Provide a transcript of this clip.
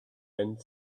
end